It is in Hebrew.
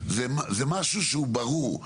זה משהו שהוא ברור,